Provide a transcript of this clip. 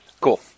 Cool